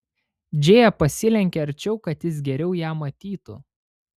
džėja pasilenkė arčiau kad jis geriau ją matytų